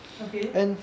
okay